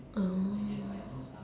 oh